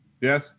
Yes